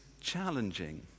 challenging